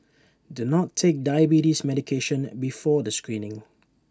do not take diabetes medication before the screening